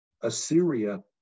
Assyria